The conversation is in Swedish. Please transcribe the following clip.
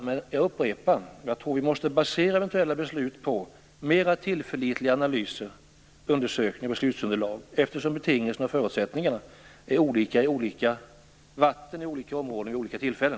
Men jag upprepar att jag tror att vi måste basera eventuella beslut på mera tillförlitliga analyser, undersökningar och beslutsunderlag, eftersom betingelserna och förutsättningarna är olika i olika vatten, i olika områden och vid olika tillfällen.